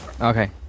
Okay